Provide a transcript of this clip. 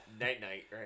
night-night